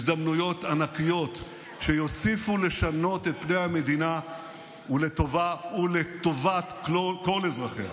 הזדמנויות ענקיות שיוסיפו לשנות את פני המדינה ולטובת כל אזרחיה.